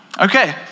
Okay